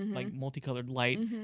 um like multicolored light,